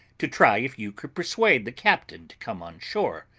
to try if you could persuade the captain to come on shore,